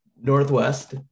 northwest